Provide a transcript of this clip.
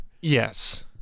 Yes